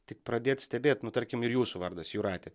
tik pradėt stebėt nu tarkim ir jūsų vardas jūratė